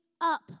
up